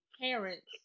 parents